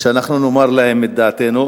שבו אנחנו נאמר להם את דעתנו,